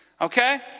Okay